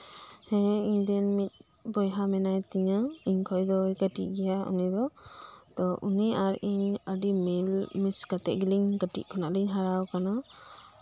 ᱤᱧᱨᱮᱱ ᱢᱤᱫ ᱵᱚᱭᱦᱟ ᱢᱮᱱᱟᱭ ᱛᱤᱧᱟ ᱤᱧ ᱠᱷᱚᱱ ᱫᱚᱭ ᱠᱟᱹᱴᱤᱡ ᱜᱮᱭᱟ ᱛᱚ ᱩᱱᱤ ᱟᱨ ᱤᱧ ᱠᱟᱹᱴᱤᱡ ᱠᱷᱚᱱᱜᱮ ᱢᱮᱞᱢᱤᱥ ᱠᱟᱛᱮᱫ ᱠᱟᱹᱴᱤᱡ ᱠᱷᱚᱱ ᱜᱮᱞᱤᱧ ᱦᱟᱨᱟᱣ ᱠᱟᱱᱟ